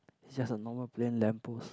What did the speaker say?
it's just a normal plain lamp post